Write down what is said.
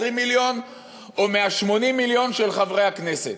מיליון או מה-80 מיליון של חברי הכנסת?